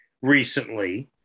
recently